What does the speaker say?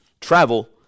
travel